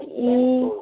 ए